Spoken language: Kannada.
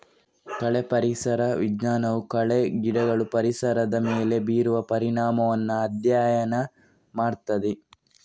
ಕಳೆ ಪರಿಸರ ವಿಜ್ಞಾನವು ಕಳೆ ಗಿಡಗಳು ಪರಿಸರದ ಮೇಲೆ ಬೀರುವ ಪರಿಣಾಮವನ್ನ ಅಧ್ಯಯನ ಮಾಡ್ತದೆ